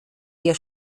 wir